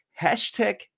hashtag